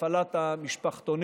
עידוד לפתיחת מחלבות בשבתות וחגים.